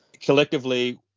collectively